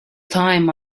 time